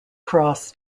cross